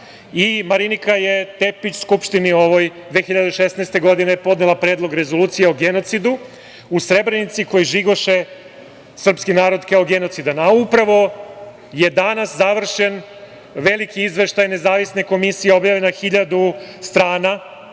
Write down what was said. NDH.Marinika Tepić je Skupštini ovoj 2016. godina podnela predlog rezolucije o genocidu u Srebrenici koji žigoše srpski narod kao genocidan, a upravo je danas završen veliki izveštaj Nezavisne komisije, objavljen na 1.000 strana,